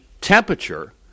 temperature